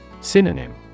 Synonym